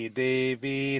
devi